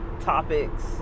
topics